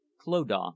clodagh